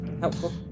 helpful